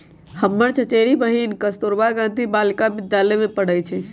हमर चचेरी बहिन कस्तूरबा गांधी बालिका विद्यालय में पढ़इ छइ